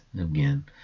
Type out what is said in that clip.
again